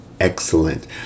excellent